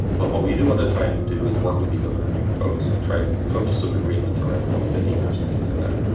but what we do want to try and do is work with these other folks and come to some agreement around common behaviors and things like that,